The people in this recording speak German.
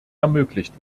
ermöglicht